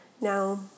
Now